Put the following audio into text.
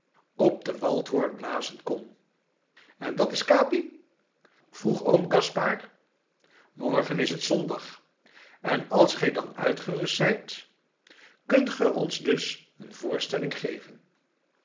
op den waldhoren blazen kon en dat is capi vroeg oom gaspard morgen is het zondag en als gij dan uitgerust zijt kunt ge ons dus een voorstelling geven